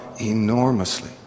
enormously